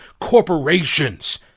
corporations